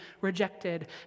rejected